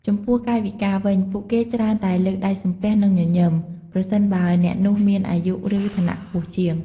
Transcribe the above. ចំពោះកាយវិការវិញ ពួកគេច្រើនតែលើកដៃសំពះ និងញញឹម ប្រសិនបើអ្នកនោះមានអាយុ ឬឋានៈខ្ពស់ជាង។